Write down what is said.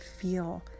feel